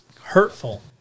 hurtful